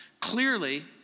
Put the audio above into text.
Clearly